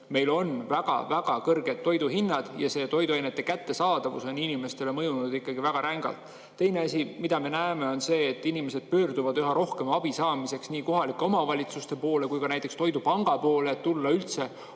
meil on väga kõrged toiduhinnad ja toiduainete kättesaadavus on ikkagi väga rängalt [vähenenud].Teine asi, mida me näeme, on see, et inimesed pöörduvad üha rohkem abi saamiseks nii kohalike omavalitsuste poole kui ka näiteks toidupanga poole, et tulla üldse